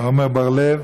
עמר בר-לב,